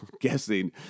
guessing